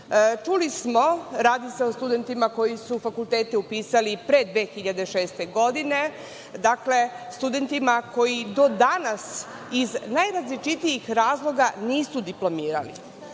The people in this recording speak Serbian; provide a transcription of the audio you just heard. smo, radi se o studentima koji su fakultete upisali 2006. godine, dakle studenti koji do danas iz najrazličitijih razloga nisu diplomirali.